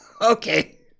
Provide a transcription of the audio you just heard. Okay